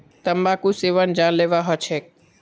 तंबाकूर सेवन जानलेवा ह छेक